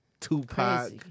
Tupac